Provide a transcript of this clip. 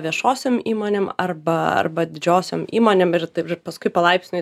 viešosiom įmonėm arba arba didžiosiom įmonėm ir taip paskui palaipsniui